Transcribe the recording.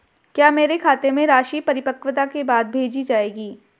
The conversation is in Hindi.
क्या मेरे खाते में राशि परिपक्वता के बाद भेजी जाएगी?